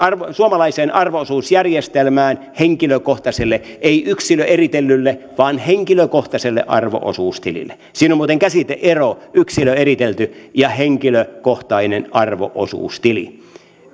suomalaiseen arvo osuusjärjestelmään henkilökohtaiselle ei yksilöeritellylle vaan henkilökohtaiselle arvo osuustilille siinä on muuten käsite ero yksilöeritelty ja henkilökohtainen arvo osuustili